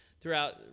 Throughout